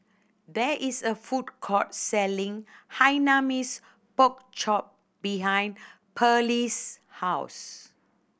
there is a food court selling Hainanese Pork Chop behind Perley's house